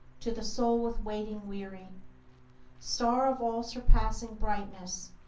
to the soul with waiting weary star of all-surpassing brightness,